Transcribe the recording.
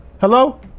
Hello